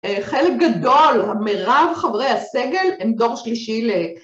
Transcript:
חלק גדול, המירב חברי הסגל, הם דור שלישי